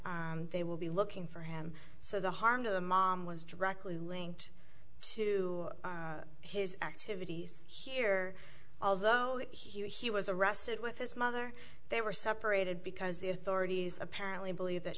they will be looking for him so the harm to the mom was directly linked to his activities here although he was arrested with his mother they were separated because the authorities apparently believe that